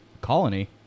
Colony